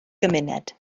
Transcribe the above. gymuned